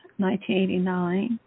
1989